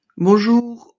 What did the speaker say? Bonjour